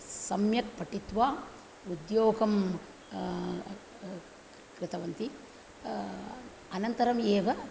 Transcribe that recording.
सम्यक् पठित्वा उद्योगं कृतवन्ति अनन्तरम् एव